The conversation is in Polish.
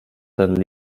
ten